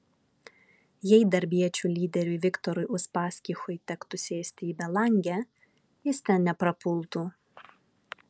jei darbiečių lyderiui viktorui uspaskichui tektų sėsti į belangę jis ten neprapultų